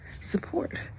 support